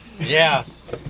Yes